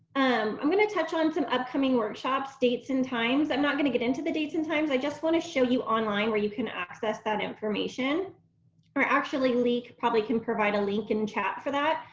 um i'm going to touch on some upcoming workshops dates and times i'm not going to get into the dates and times i just want to show you online where you can access that information or actually le probably can provide a link in chat for that.